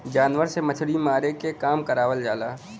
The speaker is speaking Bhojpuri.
जानवर से मछरी मारे के काम करावल जाला